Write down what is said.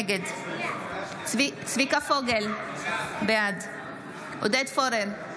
נגד צביקה פוגל, בעד עודד פורר,